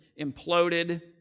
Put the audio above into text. imploded